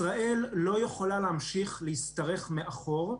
ישראל לא יכולה להמשיך להשתרך מאחור.